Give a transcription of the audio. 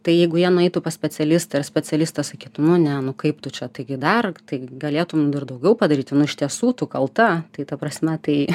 tai jeigu jie nueitų pas specialistą ir specialistas sakytų nu ne nu kaip tu čia taigi dar tai galėtum dar daugiau padaryti nu iš tiesų tu kalta tai ta prasme tai